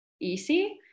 easy